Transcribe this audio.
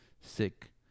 sick